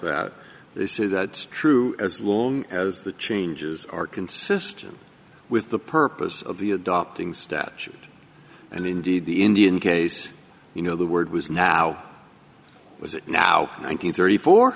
that they say that true as long as the changes are consistent with the purpose of the adopting statute and indeed the indian case you know the word was now was it now nineteen thirty four